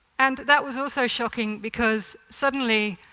and that was also shocking, because suddenly,